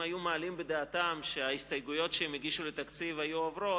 אם היו מעלים בדעתם שההסתייגויות שהגישו לתקציב יעברו,